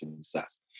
success